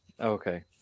Okay